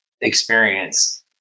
experience